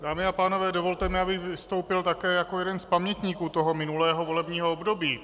Dámy a pánové, dovolte mi, abych vystoupil také jako jeden z pamětníků minulého volebního období.